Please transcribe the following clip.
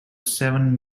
seven